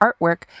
artwork